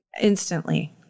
instantly